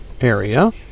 area